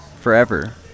forever